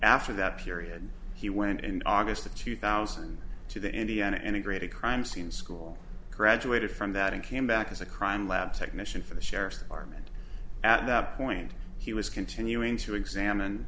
after that period he went in august of two thousand to the indiana and a great a crime scene school graduated from that and came back as a crime lab technician for the sheriff's department at that point he was continuing to examine